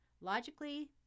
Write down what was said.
Logically